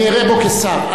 אני אראה בו שר.